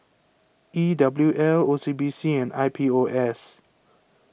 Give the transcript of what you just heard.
E W L O C B C and I P O S